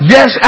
Yes